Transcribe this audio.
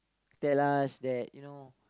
tell us that you know